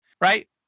right